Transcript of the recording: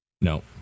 No